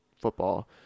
football